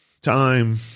Time